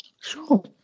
Sure